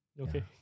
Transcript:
Okay